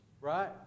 Right